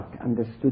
understood